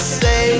say